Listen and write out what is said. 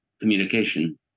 communication